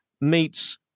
meets